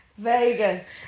Vegas